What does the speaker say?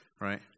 right